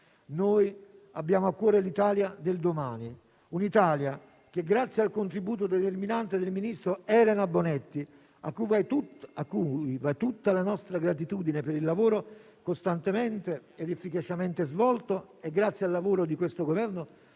Noi abbiamo a cuore l'Italia del domani, un'Italia che, grazie al contributo determinante del ministro Elena Bonetti, a cui va tutta la nostra gratitudine per il lavoro costantemente ed efficacemente svolto, e grazie al lavoro di questo Governo,